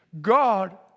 God